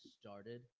started